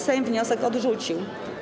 Sejm wniosek odrzucił.